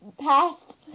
Past